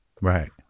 Right